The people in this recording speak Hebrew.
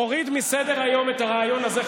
הוריד מסדר-היום את הרעיון הזה,